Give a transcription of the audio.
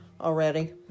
already